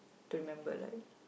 to remember like